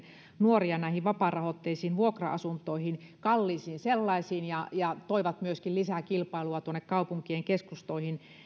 nuoria näihin vapaarahoitteisiin vuokra asuntoihin kalliisiin sellaisiin ja ja toivat lisää kilpailua kaupunkien keskustoihin